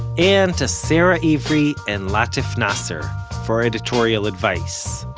and to sara ivry and latif nasser for editorial advice